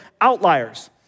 Outliers